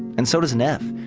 and so does neff.